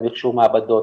על מכשור מעבדות,